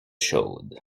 chaude